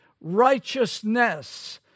righteousness